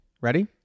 Ready